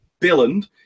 Billund